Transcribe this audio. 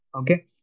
Okay